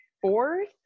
fourth